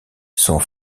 sont